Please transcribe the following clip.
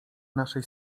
naszej